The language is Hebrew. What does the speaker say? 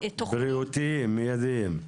בריאותיים מיידיים?